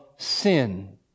sin